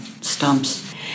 stumps